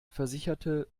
versicherte